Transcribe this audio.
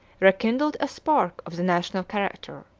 rekindled a spark of the national character.